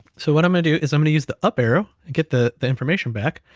so what i'm gonna do is i'm gonna use the up arrow, and get the the information back.